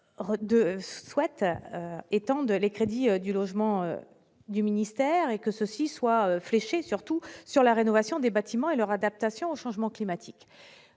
souhaite étant de les crédits du logement du ministère et que ceci soit fléchées, surtout sur la rénovation des bâtiments et leur adaptation au changement climatique